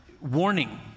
warning